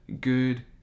good